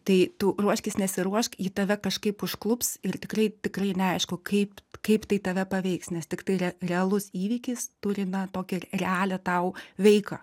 tai tu ruoškis nesiruošk ji tave kažkaip užklups ir tikrai tikrai neaišku kaip kaip tai tave paveiks nes tiktai realus įvykis turi na tokią realią tau veiką